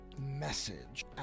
Message